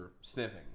sniffing